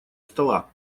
стола